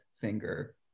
finger